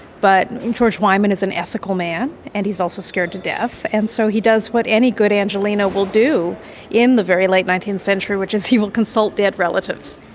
but george wyman is an ethical man and he's also scared to death. and so he does what any good angeleno will do in the very late nineteenth century, which is he will consult dead relatives